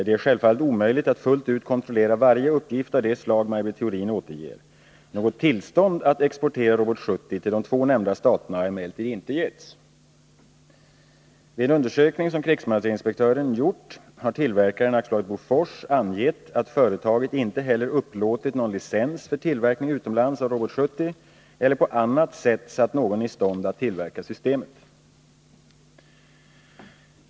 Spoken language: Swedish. Det är självfallet omöjligt att fullt ut kontrollera varje uppgift av det slag Maj Britt Theorin återger. Något tillstånd att exportera RBS 70 till de två nämnda staterna har emellertid inte getts. Vid en undersökning som krigsmaterielinspektören gjort har tillverkaren AB Bofors angett att företaget inte heller upplåtit någon licens för tillverkning utomlands av RBS 70 eller på annat sätt satt någon i stånd att tillverka systemet.